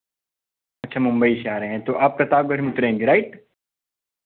अच्छा मुंबई से आ रहे हैं तो आप प्रतापगढ़ में उतरेंगे राइट